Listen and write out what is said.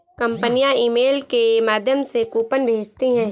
कंपनियां ईमेल के माध्यम से कूपन भेजती है